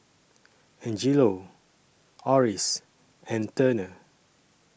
Angelo Oris and Turner